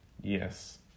Yes